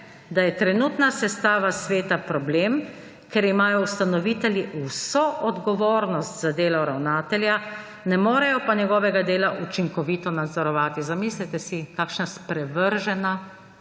da je trenutna sestava sveta problem, ker imajo ustanovitelji vso odgovornost za delo ravnatelja, ne morejo pa njegovega dela učinkovito nadzorovati. Zamislite si kakšna sprevržena